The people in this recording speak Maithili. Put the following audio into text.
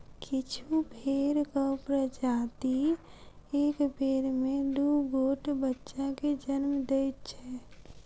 किछु भेंड़क प्रजाति एक बेर मे दू गोट बच्चा के जन्म दैत छै